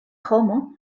homo